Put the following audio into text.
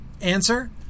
Answer